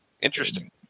interesting